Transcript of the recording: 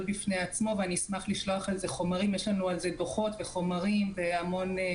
בפני עצמו ואשמח לשלוח חומרים ודוחות שיצרנו בנושא זה.